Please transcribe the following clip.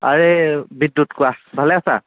আৰে বিদ্যুৎ কোৱা ভালে আছা